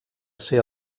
ser